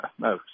No